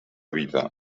vida